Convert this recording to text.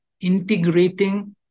integrating